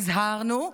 הזהרנו,